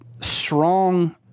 strong